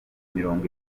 mirongo